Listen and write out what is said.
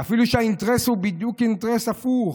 אפילו שהאינטרס הוא בדיוק אינטרס הפוך.